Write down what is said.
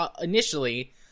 initially